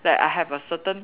like I have a certain